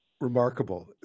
Remarkable